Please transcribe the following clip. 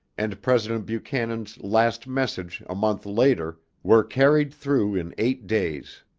and president buchanan's last message a month later were carried through in eight days.